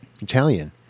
Italian